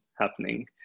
happening